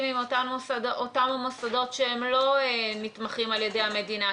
עם אותם המוסדות שהם לא נתמכים על ידי המדינה?